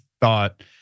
thought